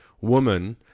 woman